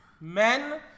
Men